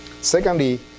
Secondly